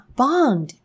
bond